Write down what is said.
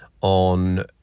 on